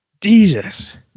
Jesus